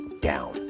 down